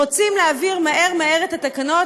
רוצים להעביר מהר מהר את התקנות,